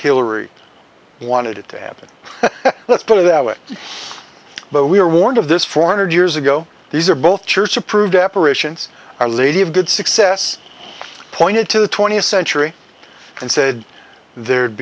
hillary wanted it to happen let's put it that way but we were warned of this four hundred years ago these are both church approved apparitions our lady of good success pointed to the twentieth century and said there